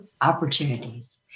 opportunities